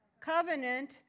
covenant